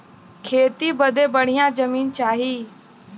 खेती बदे बढ़िया जमीन चाही